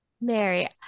Mary